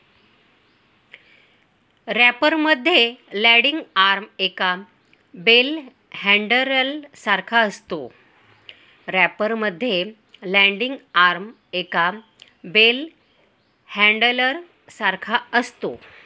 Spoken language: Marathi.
रॅपर मध्ये लँडिंग आर्म एका बेल हॅण्डलर सारखा असतो